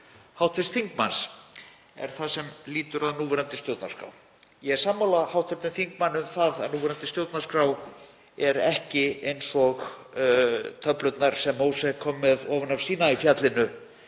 hv. þingmanns er það sem lýtur að núverandi stjórnarskrá. Ég er sammála hv. þingmanni um að núverandi stjórnarskrá er ekki eins og töflurnar sem Móses kom með ofan af Sínaífjalli,